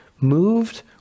moved